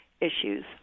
issues